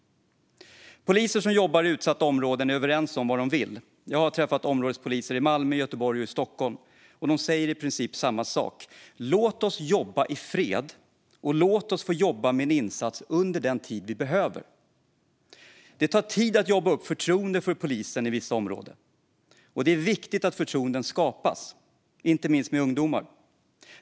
Poliser som jobbar i utsatta områden är överens om vad de vill. Jag har träffat områdespoliser i Malmö, Göteborg och Stockholm, och de säger i princip samma sak: Låt oss jobba i fred, och låt oss få jobba med en insats under den tid vi behöver. Det tar tid att jobba upp förtroende för polisen i vissa områden, och det är viktigt att förtroende skapas, inte minst när det gäller ungdomar.